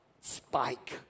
spike